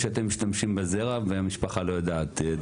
שאתם משתמשים בזרע והמשפחה לא יודעת.